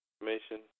information